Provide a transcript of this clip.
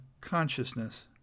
consciousness